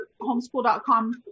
homeschool.com